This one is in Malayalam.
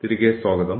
തിരികെ സ്വാഗതം